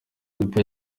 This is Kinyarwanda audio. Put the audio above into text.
apple